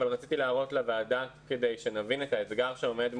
אבל רציתי להראות לוועדה כדי שנבין את האתגר שעומד מולנו.